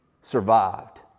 survived